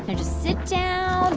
and just sit down,